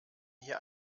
hier